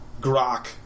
grok